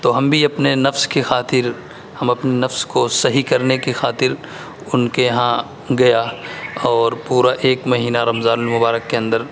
تو ہم بھی اپنے نفس کی خاطر ہم اپنے نفس کو صحیح کرنے کی خاطر ان کے یہاں گیا اور پورا ایک مہینہ رمضان المبارک کے اندر